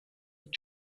den